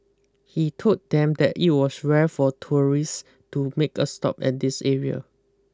he told them that it was rare for tourist to make a stop at this area